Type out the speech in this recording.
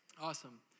Awesome